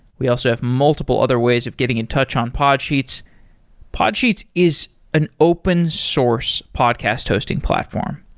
we also have multiple other ways of getting in touch on podsheets podsheets is an open source podcast hosting platform,